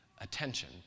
attention